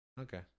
Okay